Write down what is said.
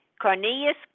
Cornelius